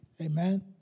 Amen